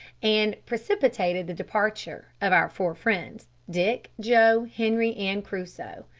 and precipitated the departure of our four friends, dick, joe, henri, and crusoe.